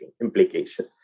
implication